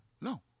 No